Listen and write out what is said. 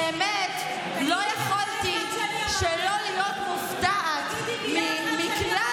באמת שלא יכולתי שלא להיות מופתעת מכלל